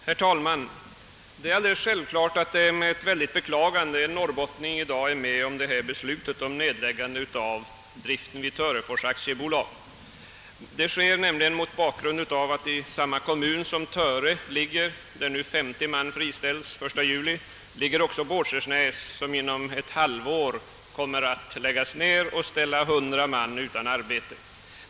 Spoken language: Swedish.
Herr talman! Det är alldeles självklart att det är med djupt beklagande en norrbottning i dag deltar i beslutet om nedläggande av driften vid Törefors AB. I samma kommun som Töre — där 50 man friställes den 1 juli — ligger nämligen också Båtskärsnäs, som inom ett halvår kommer att läggas ned, varvid 100 man ställs utan arbete.